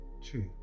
Two